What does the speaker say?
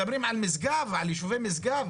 מדברים על יישובי משגב,